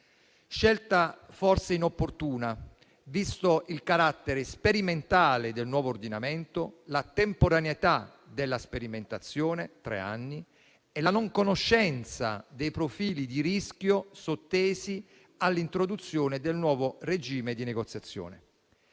Scelte forse inopportune, visto il carattere sperimentale del nuovo ordinamento, sono la temporaneità della sperimentazione (tre anni) e la non conoscenza dei profili di rischio sottesi all'introduzione del nuovo regime di negoziazione.